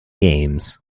games